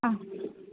ಹಾಂ